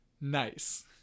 Nice